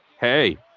hey